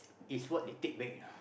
is what they take back ah